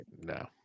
no